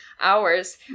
hours